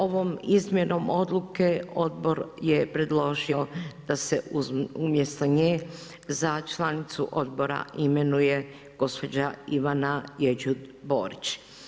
Ovom izmjenom odluke odbor je predložio da se umjesto nje za članicu odbora imenuje gospođa Ivana Jeđut Borić.